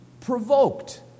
provoked